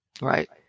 Right